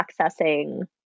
accessing